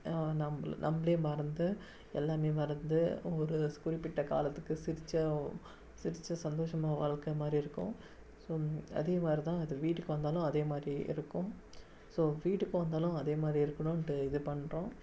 நம்மளை நம்மளே மறந்து எல்லாமே மறந்து ஒரு குறிப்பிட்ட காலத்துக்கு சிரிச்ச சிரிச்ச சந்தோஷமாக வாழ்க்கை மாறியிருக்கும் ஸோ அதேமாரிதான் வீட்டுக்கு வந்தாலும் அதேமாரி இருக்கும் ஸோ வீட்டுக்கு வந்தாலும் அதேமாதிரி இருக்கணுன்டு இது பண்ணுறோம்